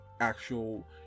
actual